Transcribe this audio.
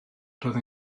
roedd